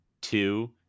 two